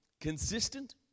Consistent